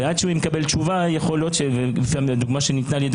עד שהוא מקבל תשובה הדוגמה שניתנה על ידי